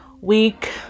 week